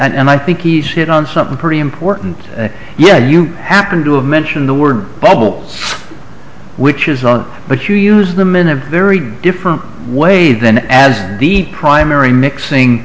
yet and i think he's hit on something pretty important yeah you happen to have mentioned the word bubbles which is wrong but you use them in a very different way than as a primary mixing